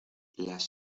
las